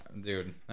Dude